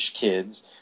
kids